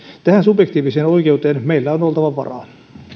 tähän subjektiiviseen oikeuteen meillä on oltava varaa